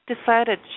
decided